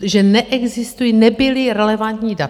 Že neexistují, nebyla relevantní data.